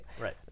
Right